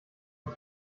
und